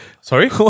Sorry